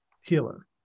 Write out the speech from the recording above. healer